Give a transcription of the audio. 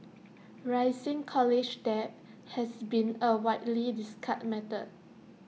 rising college debt has been A widely discussed matter